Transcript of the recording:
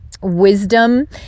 Wisdom